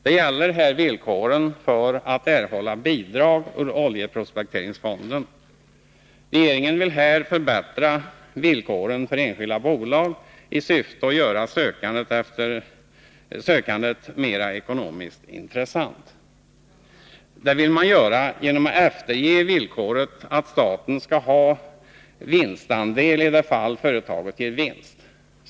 Det gäller här villkoren för att erhålla bidrag ur oljeprospekteringsfonden. Regeringen vill här förbättra villkoren för enskilda bolag i syfte att göra sökandet mera ekonomiskt intressant. Det vill man göra genom att efterge villkoret att staten skall ha vinstandel i det fall företaget ger vinst.